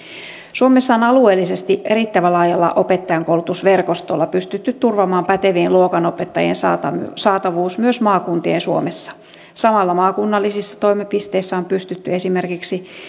suomessa on alueellisesti riittävän laajalla opettajankoulutusverkostolla pystytty turvaamaan pätevien luokanopettajien saatavuus myös maakuntien suomessa samalla maakunnallisissa toimipisteissä on pystytty esimerkiksi